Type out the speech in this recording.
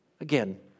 Again